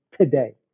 today